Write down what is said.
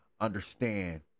understand